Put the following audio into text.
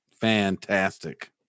Fantastic